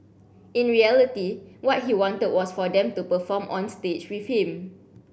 in reality what he wanted was for them to perform on stage with him